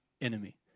enemy